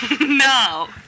No